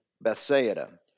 Bethsaida